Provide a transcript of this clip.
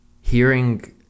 hearing